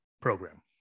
program